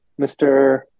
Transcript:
mr